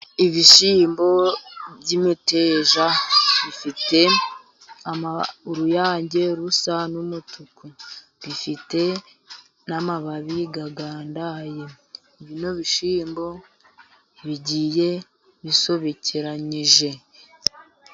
Ibishyimbo by'imiteja bifite uruyange rusa n'umutuku. Bifite n'amababi agandaye. Bino bishyimbo bigiye bisobekeranyije.